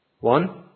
One